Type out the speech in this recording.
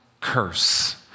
curse